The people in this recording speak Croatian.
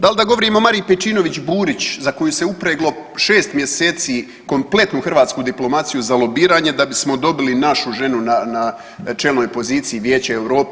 Dal da govorim o Mariji Pejčinović Burić za koju se upreglo 6 mjeseci kompletnu hrvatsku diplomaciju za lobiranje da bismo dobili našu ženu na, na čelnoj poziciji Vijeća Europe?